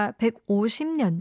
150년